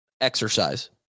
exercise